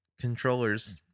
controllers